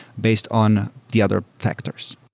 based on the other factors.